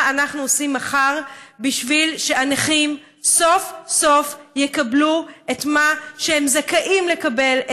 אנחנו עושים מחר בשביל שהנכים סוף-סוף יקבלו את מה שהם זכאים לקבל,